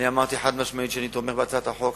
אני אמרתי חד-משמעית שאני תומך בהצעת החוק,